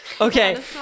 Okay